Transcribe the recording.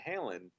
Halen